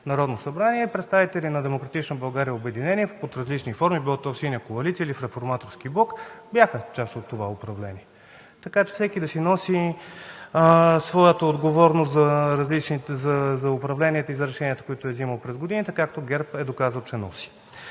България – Обединение“ под различни форми – било то „Синя коалиция“ или в „Реформаторски блок“, бяха част от това управление. Така че всеки да носи своята отговорност за управленията и за решенията, които е взимал през годините, както ГЕРБ е доказал, че носи.